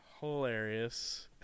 hilarious